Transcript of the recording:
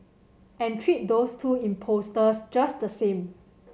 and treat those two impostors just the same